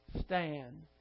stand